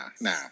nah